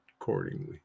accordingly